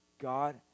God